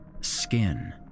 skin